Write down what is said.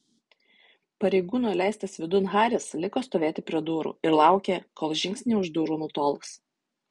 pareigūno įleistas vidun haris liko stovėti prie durų ir laukė kol žingsniai už durų nutols